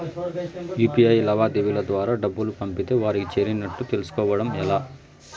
UPI లావాదేవీల ద్వారా డబ్బులు పంపితే వారికి చేరినట్టు తెలుస్కోవడం ఎలా?